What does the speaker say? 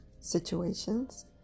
situations